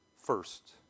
first